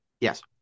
Yes